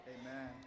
Amen